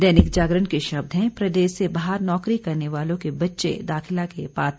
दैनिक जागरण के शब्द हैं प्रदेश से बाहर नौकरी करने वालों के बच्चे दाखिला के पात्र